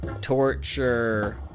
torture